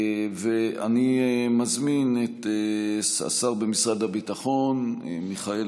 אני מזמין את השר במשרד הביטחון מיכאל